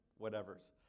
whatevers